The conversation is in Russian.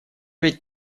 ведь